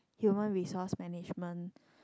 Human Resource Management